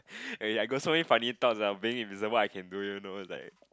eh I got so many funny thoughts ah being invisible I can do it you know like